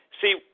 see